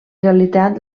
realitat